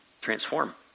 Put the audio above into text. transform